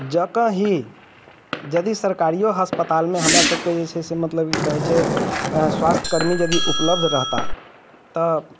जकाँ ही यदि सरकारियो अस्पतालमे हमरा सबके जे छै से मतलब ई कहै छै स्वास्थकर्मी यदि उपलब्ध रहता तऽ